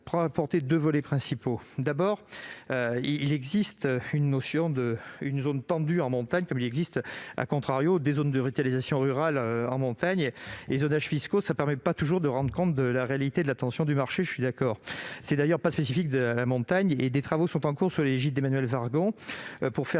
deux volets principaux. D'abord, il existe une notion de zone tendue en montagne, comme il existe des zones de revitalisation rurale en montagne. Ces zonages fiscaux ne permettent pas toujours de rendre compte de la réalité de la tension du marché, j'en suis d'accord. Ce n'est d'ailleurs pas spécifique à la montagne. Des travaux sous l'égide d'Emmanuelle Wargon sont en